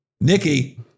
Nikki